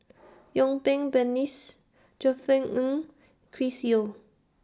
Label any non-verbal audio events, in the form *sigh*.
*noise* Yuen Peng *unintelligible* Josef Ng Chris Yeo